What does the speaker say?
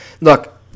Look